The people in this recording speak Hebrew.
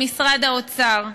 למשרד האוצר,